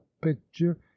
picture